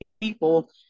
people